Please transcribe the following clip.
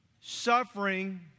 Suffering